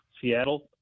Seattle